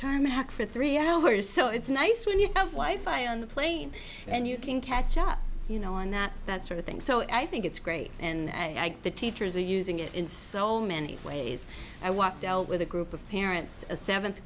tarmac for three hours so it's nice when you have life eye on the plane and you can catch up you know and that that sort of thing so i think it's great and i the teachers are using it in so many ways i walked out with a group of parents a seventh